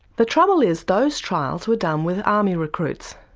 the trouble is those trials were done with army recruits.